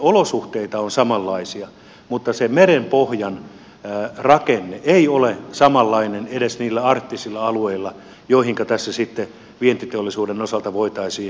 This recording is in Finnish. olosuhteita on samanlaisia mutta se merenpohjan rakenne ei ole samanlainen edes niillä arktisilla alueilla joihinka tässä sitten vientiteollisuuden osalta voitaisiin lähteä